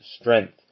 strength